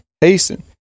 hasten